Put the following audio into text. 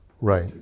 Right